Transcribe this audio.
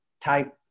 type